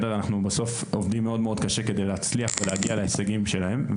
אנחנו בסוף עובדים מאוד קשה כדי להצליח ולהגיע להישגים שלהם,